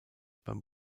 beim